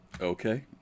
okay